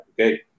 okay